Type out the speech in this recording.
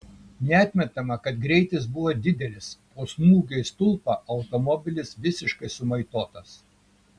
neatmetama kad greitis buvo didelis po smūgio į stulpą automobilis visiškai sumaitotas